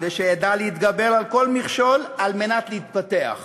ואדע להתגבר על כל מכשול כדי להתפתח,